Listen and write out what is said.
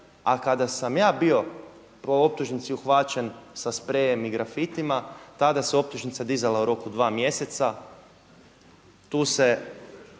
A kada sam ja bio po optužnici uhvaćen sa sprejem i grafitima tada se optužnica dizala u roku dva mjeseca. Tu su